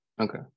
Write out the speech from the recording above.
Okay